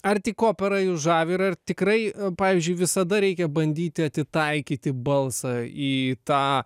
ar tik opera jus žavi ir ar tikrai pavyzdžiui visada reikia bandyti atitaikyti balsą į tą